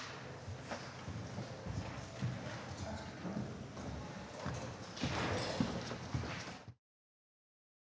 Tak